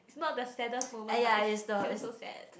it's not the saddest moment but it's still so sad